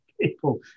People